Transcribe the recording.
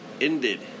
ended